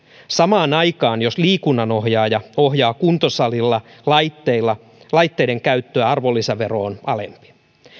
samaan aikaan jos liikunnanohjaaja ohjaa kuntosalilla laitteiden käyttöä arvonlisävero on alempi